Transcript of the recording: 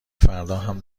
فرداهم